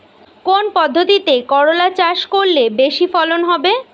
কোন পদ্ধতিতে করলা চাষ করলে বেশি ফলন হবে?